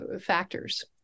factors